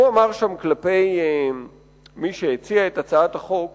הוא אמר שם כלפי מי שהציע את הצעת החוק